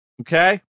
Okay